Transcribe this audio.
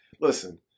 listen